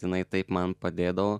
jinai taip man padėdavo